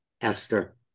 Esther